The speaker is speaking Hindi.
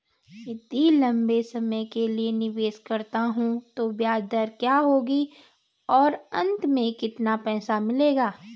यदि लंबे समय के लिए निवेश करता हूँ तो ब्याज दर क्या होगी और अंत में कितना पैसा मिलेगा?